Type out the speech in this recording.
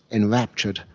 enraptured,